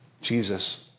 Jesus